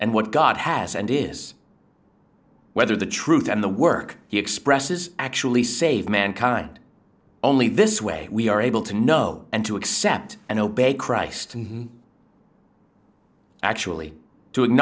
and what god has and is whether the truth and the work he expresses actually save mankind only this way we are able to know and to accept and obey christ and actually